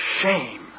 shame